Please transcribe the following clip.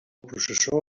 processó